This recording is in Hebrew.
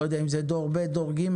לא יודע אם זה דור ב' או דור ג'.